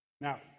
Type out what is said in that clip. Now